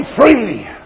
free